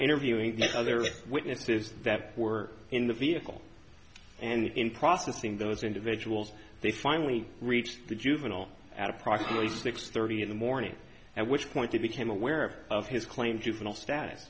interviewing the other witnesses that were in the vehicle and in processing those individuals they finally reached the juvenile at approximately six thirty in the morning and which point they became aware of his claim juvenile status